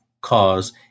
cause